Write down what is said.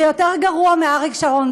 זה יותר גרוע מאריק שרון,